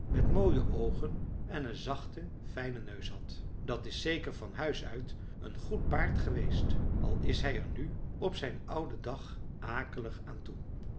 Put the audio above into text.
met mooie oogen en een zachten fijnen neus had dat is zeker van huis uit een goed paard geweest al is hij er nu op zijn ouden dag akelig aan toe